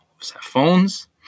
Phones